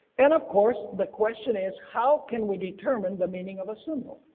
and of course the question is how can we determine the meaning of a symbol.